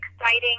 exciting